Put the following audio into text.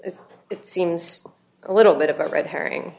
so it seems a little bit of a red herring